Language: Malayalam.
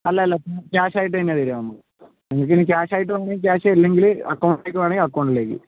അല്ല അല്ല ക്യാഷ് ആയിട്ട് തന്നെ തരിക നമ്മള് നിങ്ങൾക്ക് ഇനി ക്യാഷ് ആയിട്ടാണെങ്കിൽ ക്യാഷ് ആയിട്ട് ഇല്ലെങ്കില് അക്കൗണ്ടിൽക്ക് വേണമെങ്കിൽ അക്കൗണ്ടിലേക്ക്